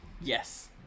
Yes